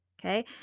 okay